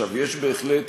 יש בהחלט